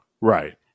Right